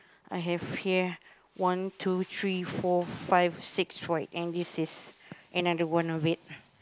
I have here one two three four five six for it and this is another one of it